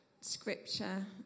scripture